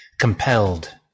compelled